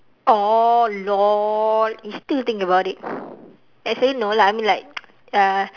oh lol you still think about it actually no lah I mean like uh